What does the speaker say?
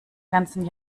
ganzen